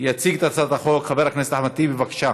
יציג את הצעת החוק חבר הכנסת אחמד טיבי, בבקשה.